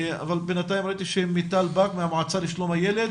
אבל בינתיים ראיתי שמיטל בק מהמועצה לשלום הילד,